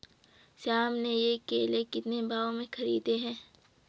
श्याम ने ये केले कितने भाव में खरीदे हैं?